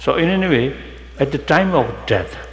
in any way at the time of death